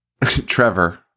Trevor